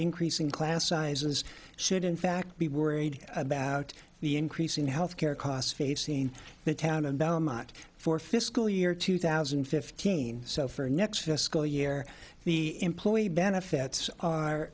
increasing class sizes should in fact be worried about the increasing health care costs facing the town in belmont for fiscal year two thousand and fifteen so for next fiscal year the employee benefits are